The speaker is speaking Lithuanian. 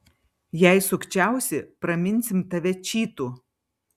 jei sukčiausi praminsim tave čytu